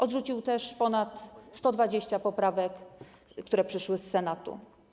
Odrzucił też ponad 120 poprawek, które przyszły z Senatu.